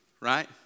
right